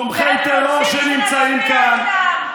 תומכי טרור שנמצאים כאן.